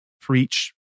preach